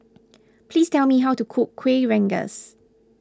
please tell me how to cook Kueh Rengas